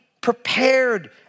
prepared